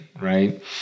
right